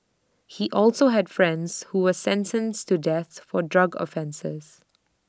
he also had friends who were sentenced to death for drug offences